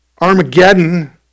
Armageddon